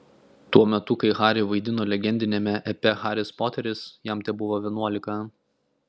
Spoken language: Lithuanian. tuo metu kai harry vaidino legendiniame epe haris poteris jam tebuvo vienuolika